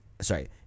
sorry